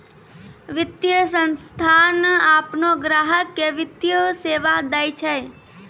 वित्तीय संस्थान आपनो ग्राहक के वित्तीय सेवा दैय छै